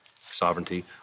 sovereignty